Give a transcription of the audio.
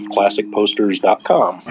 ClassicPosters.com